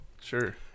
Sure